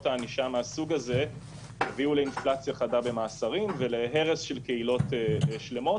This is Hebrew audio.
ענישה מן הסוג הזה הביאו לאינפלציה חדה במאסרים ולהרס של קהילות שלמות,